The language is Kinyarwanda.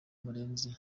murenzi